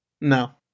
No